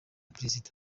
perezida